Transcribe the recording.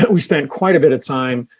but we spent quite a bit of time,